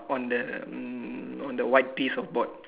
on the um on the white piece of board